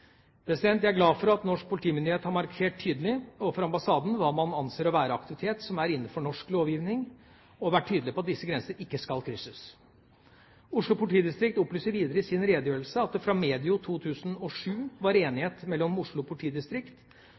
Jeg er glad for at norsk politimyndighet har markert tydelig overfor ambassaden hva man anser å være aktivitet som er innenfor norsk lovgivning, og vært tydelig på at disse grenser ikke skal krysses. Oslo politidistrikt opplyser videre i sin redegjørelse at det fra medio 2007 var enighet mellom Oslo politidistrikt,